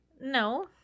No